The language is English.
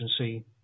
Agency